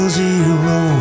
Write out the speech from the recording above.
zero